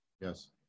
yes